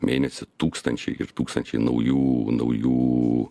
mėnesį tūkstančiai ir tūkstančiai naujų naujų